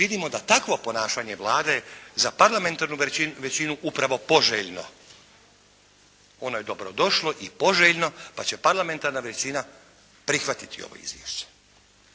vidimo da je takvo ponašanje Vlade za parlamentarnu većinu upravo poželjno. Ono je dobro došlo i poželjno pa će parlamentarna većina prihvatiti ovo izvješće